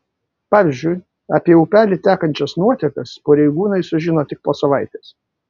pavyzdžiui apie į upelį tekančias nuotekas pareigūnai sužino tik po savaitės